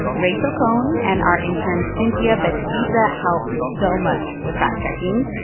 rachel cohn and our intern cynthia betubiza helped so much with fact-checking.